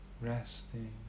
Resting